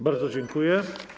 Bardzo dziękuję.